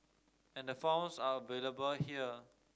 and the forms are available here